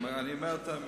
אני אומר את האמת.